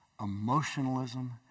emotionalism